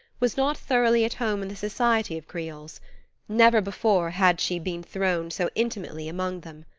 was not thoroughly at home in the society of creoles never before had she been thrown so intimately among them.